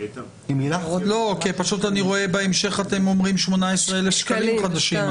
אני רואה בהמשך, שאתם אומרים 18 אלף שקלים חדשים.